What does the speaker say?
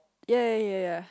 yea yea yea yea